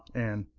and